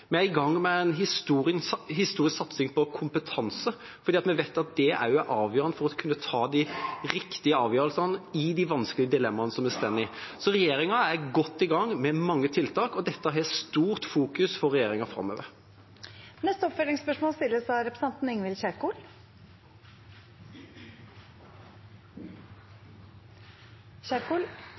vi er i gang med en historisk satsing på kompetanse, for vi vet at det er avgjørende for å kunne ta de riktige avgjørelsene i de vanskelige dilemmaene vi står i. Så regjeringa er godt i gang med mange tiltak, og dette har stort fokus for regjeringa framover. Ingvild Kjerkol – til oppfølgingsspørsmål.